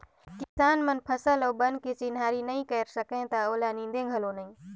किसान मन फसल अउ बन के चिन्हारी नई कयर सकय त ओला नींदे घलो नई